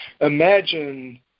imagine